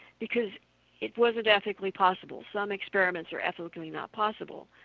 because it wasn't ethically possible some experiments are ethically not possible.